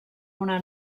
una